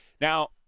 Now